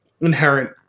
inherent